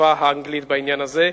בשפה האנגלית בעניין הזה.